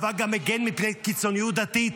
הצבא גם מגן מפני קיצוניות דתית,